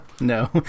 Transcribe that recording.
No